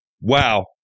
Wow